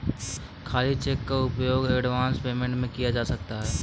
खाली चेक का उपयोग एडवांस पेमेंट में भी किया जाता है